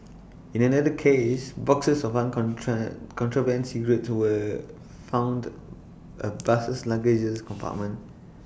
in another case boxes of on control contraband cigarettes were found A bus's luggage compartment